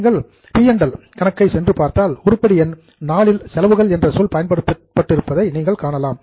நீங்கள் பி மற்றும் எல் கணக்கை சென்று பார்த்தால் உருப்படி எண் IV இல் செலவுகள் என்ற சொல் பயன்படுத்தப்பட்டிருப்பதை நீங்கள் காணலாம்